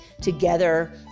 together